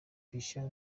bishya